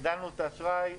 הגדלנו את האשראי,